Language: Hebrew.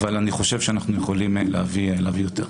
אבל אני חושב שאנחנו יכולים להביא יותר,